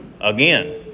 again